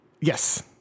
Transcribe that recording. Yes